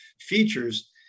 features